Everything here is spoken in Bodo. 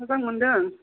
मोजां मोनदों